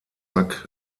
mack